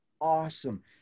awesome